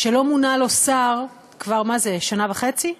שלא מונה לו שר כבר, מה זה, שנה וחצי?